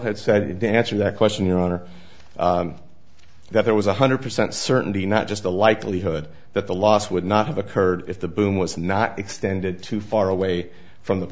had said it didn't answer that question your honor that there was one hundred percent certainty not just the likelihood that the loss would not have occurred if the boom was not extended to far away from the